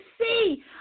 see